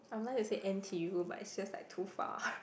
I would like to say n_t_u but it's just like too far